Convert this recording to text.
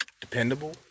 dependable